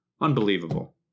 Unbelievable